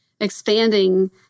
expanding